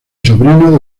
sobrino